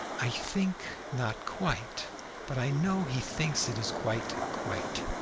i think not quite but i know he thinks it is quite quite,